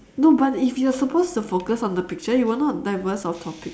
no but if you are supposed to focus on the picture you will not divert your topic